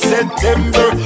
September